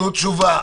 תתנו תשובה.